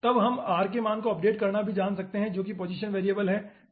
तब हम r के मान को अपडेट करना भी जान सकते हैं जो कि पोजीशन वेरिएबल है